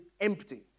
empty